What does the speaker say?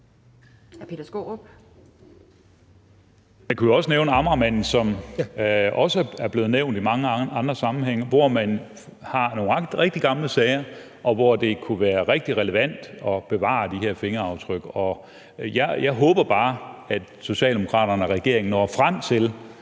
Man kunne jo også nævne Amagermanden, som også er blevet nævnt i mange andre sammenhænge, hvor man har nogle rigtig gamle sager, og hvor det kunne være rigtig relevant at bevare de her fingeraftryk. Jeg håber bare, at Socialdemokraterne og regeringen når frem til